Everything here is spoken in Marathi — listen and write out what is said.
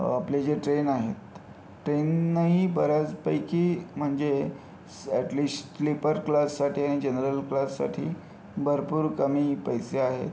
आपले जे ट्रेन आहेत ट्रेनही बऱ्याचपैकी म्हणजे स ॲटलीस्ट स्लीपर क्लाससाठी आणि जनरल क्लाससाठी भरपूर कमी पैसे आहेत